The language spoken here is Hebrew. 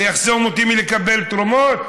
זה יחסום אותי מלקבל תרומות?